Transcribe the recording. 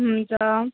हुन्छ